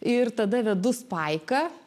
ir tada vedu spaiką